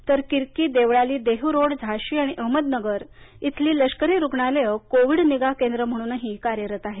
तर किरकी देवळाली देहूरोड झाशी आणि अहमदनगर इथली लष्करी रुग्णालये कोविड निगा केंद्रं म्हणून कार्यरत आहेत